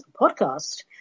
podcast